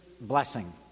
blessing